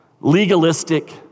legalistic